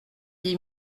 dix